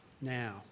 now